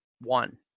one